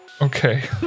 Okay